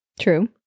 true